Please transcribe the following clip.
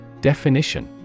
Definition